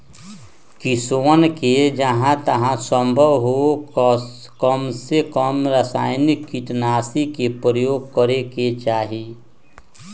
किसनवन के जहां तक संभव हो कमसेकम रसायनिक कीटनाशी के प्रयोग करे के चाहि